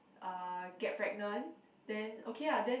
uh get pregnant then okay lah then